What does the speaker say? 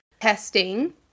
testing